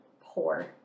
poor